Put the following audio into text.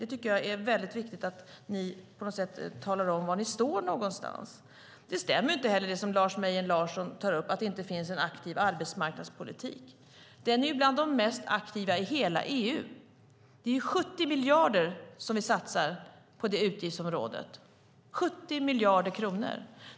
Jag tycker att det är väldigt viktigt att ni talar om var ni står någonstans. Det stämmer inte heller det som Lars Mejern Larsson tar upp, att det inte skulle finnas någon aktiv arbetsmarknadspolitik. Den är bland de mest aktiva i hela EU. Vi satsar 70 miljarder på det utgiftsområdet - 70 miljarder kronor!